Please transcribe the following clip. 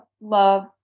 love